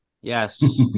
Yes